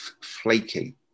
flaky